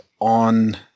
on